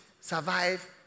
survive